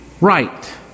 right